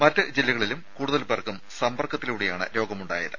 മറ്റു ജില്ലകളിലും കൂടുതൽ പേർക്കും സമ്പർക്കത്തിലൂടെയാണ് രോഗമുണ്ടായത്